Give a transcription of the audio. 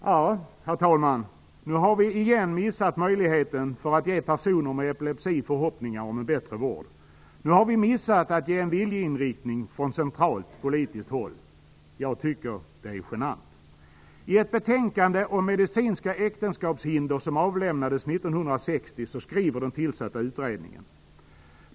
Herr talman! Nu har vi igen missat möjligheten att ge personer med epilepsi förhoppningar om en bättre vård. Nu har vi missat att från centralt politiskt håll ange en viljeinriktning. Jag tycker att det är genant.